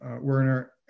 Werner